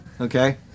Okay